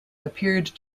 appeared